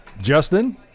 Justin